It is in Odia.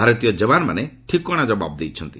ଭାରତୀୟ ଯବାନମାନେ ଠିକଣା ଜବାବ ଦେଇଛନ୍ତି